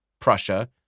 Prussia